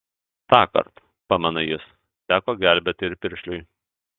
tąkart pamena jis teko gelbėti ir piršliui